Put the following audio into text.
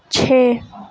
چھ